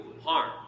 harm